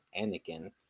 anakin